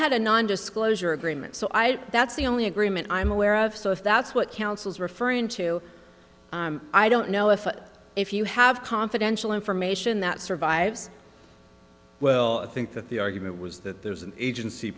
had a non disclosure agreement so i that's the only agreement i'm aware of so if that's what council's referring to i don't know if if you have confidential information that survives well i think that the argument was that there was an agency